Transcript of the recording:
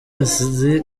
azi